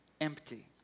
empty